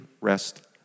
rest